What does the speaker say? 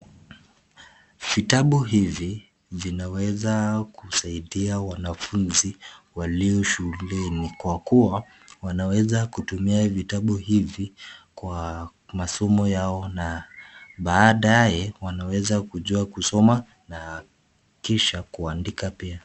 Vitabu hivi vinaweza kusaidia wanafunzi walio shuleni kwa kuwa wanaweza kutumia vitabu hivi kwa masomo yao na baadaye wanaweza kujua kusoma na kisha kuandika pia.